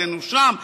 העלינו שם,